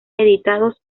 editados